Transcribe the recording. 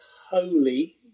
holy